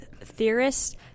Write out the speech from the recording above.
theorists